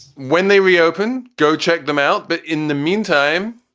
when they reopen go check them out. but in the meantime,